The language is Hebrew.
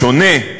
בשונה,